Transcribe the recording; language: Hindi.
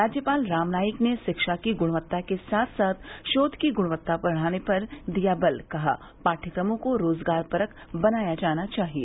राज्यपाल रामनाईक ने शिक्षा की गृणवत्ता के साथ साथ शोध की गृणवत्ता बढ़ाने पर दिया बल कहा पाठ्यक्रमों को रोज़गारपरक बनाया जाना चाहिए